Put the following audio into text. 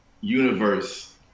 universe